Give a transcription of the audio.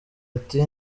ati